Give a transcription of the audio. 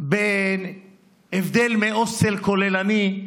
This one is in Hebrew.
בהבדל מהוסטל כוללני,